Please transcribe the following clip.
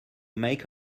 make